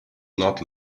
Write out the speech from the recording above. not